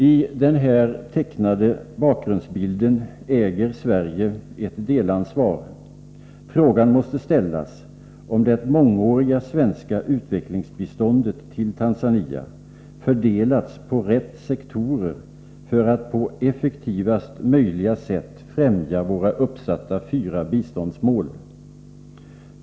I den här tecknade bakgrundsbilden äger Sverige ett delansvar. Frågan måste ställas, om det mångåriga svenska utvecklingsbiståndet till Tanzania fördelats på rätt sektorer för att på effektivaste möjliga sätt främja våra uppsatta fyra biståndsmål.